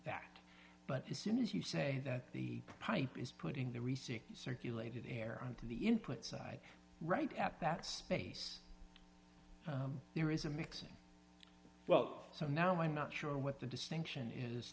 back but as soon as you say that the pipe is putting the receiver circulated air on to the input side right at that space there is a mixing well so now i'm not sure what the distinction is